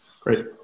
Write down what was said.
Great